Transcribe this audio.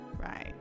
right